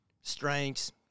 strengths